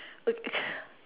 look